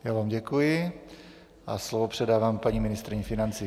Já vám děkuji a slovo předávám paní ministryni financí.